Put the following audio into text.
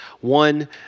One